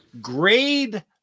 Grade